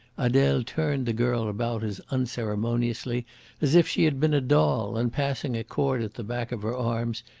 adele turned the girl about as unceremoniously as if she had been a doll, and, passing a cord at the back of her arms,